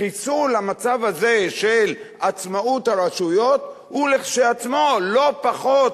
חיסול המצב הזה של עצמאות הרשויות הוא כשלעצמו לא פחות